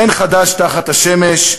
אין חדש תחת השמש,